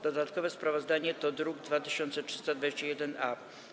Dodatkowe sprawozdanie to druk nr 2321-A.